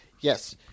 Yes